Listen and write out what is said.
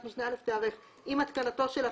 משנה (א) תיערך עם התקנתו של הפיגום",